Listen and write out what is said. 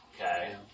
Okay